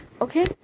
okay